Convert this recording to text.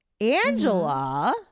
Angela